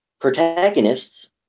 protagonists